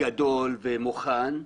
גדול ומוכן,